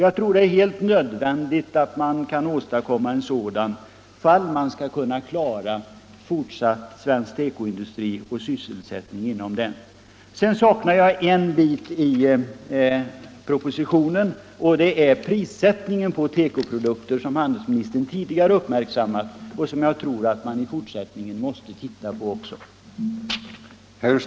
Jag tror det är helt nödvändigt att man kan åstadkomma en sådan effekt ifall man skall kunna klara sysselsättningen inom en fortsatt svensk tekoindustri. ö Jag saknar en bit i propositionen och det är prissättningen på teko produkter, som handelsministern tidigare uppmärksammat och som jag Nr 10 tror att man i fortsättningen också måste se på. Tisdagen den